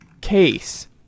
case